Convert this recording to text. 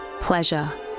pleasure